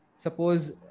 Suppose